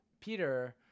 Peter